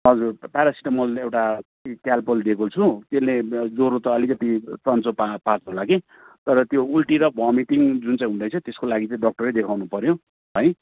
हजुर पारासिटामोल एउटा क्यालपोल दिएको छु त्यसले ज्वरो त अलिकति सन्चो पा पार्छ होला कि तर त्यो उल्टी र भोमिटिङ जुन चाहिँ हुँदैछ त्यसको लागि चाहिँ डक्टरै देखाउनुपर्यो है